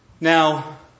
Now